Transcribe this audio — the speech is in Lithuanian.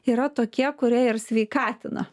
yra tokie kurie ir sveikatina